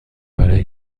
برای